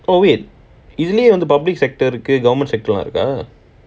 oh wait isn't it the public sector ku government sector இருக்கா:irukkaa